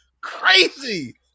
Crazy